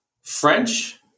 French